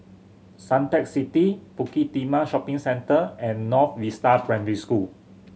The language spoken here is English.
Suntec City Bukit Timah Shopping Centre and North Vista Primary School